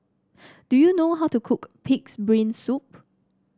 do you know how to cook pig's brain soup